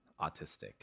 autistic